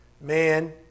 man